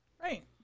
Right